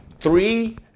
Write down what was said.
three